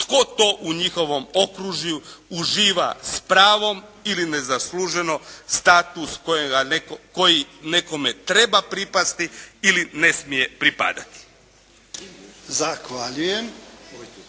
tko to u njihovom okružju uživa s pravom ili nezasluženo status koji nekome treba pripasti ili ne smije pripadati.